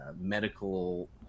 medical